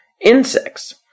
insects